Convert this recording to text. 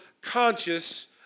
conscious